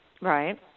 right